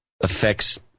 affects